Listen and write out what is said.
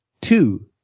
two